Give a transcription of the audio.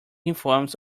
informs